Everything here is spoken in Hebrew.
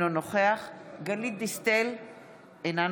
אינו נוכח גלית דיסטל אטבריאן,